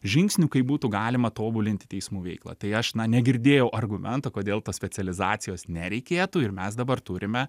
žingsnių kaip būtų galima tobulinti teismų veiklą tai aš na negirdėjau argumentų kodėl tos specializacijos nereikėtų ir mes dabar turime